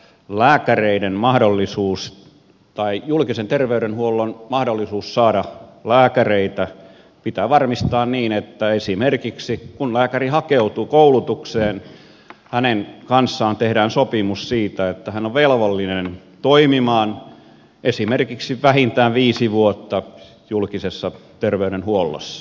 lääkäreiden ratkaista niin julkisen terveydenhuollon mahdollisuus saada lääkäreitä pitää varmistaa niin että esimerkiksi kun lääkäri hakeutuu koulutukseen hänen kanssaan tehdään sopimus siitä että hän on velvollinen toimimaan esimerkiksi vähintään viisi vuotta julkisessa terveydenhuollossa